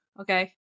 okay